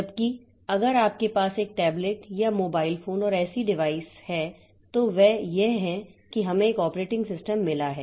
जबकि अगर आपके पास एक टैबलेट या मोबाइल फोन और ऐसी डिवाइस तो वे यह हैं कि हमें एक ऑपरेटिंग सिस्टम मिला है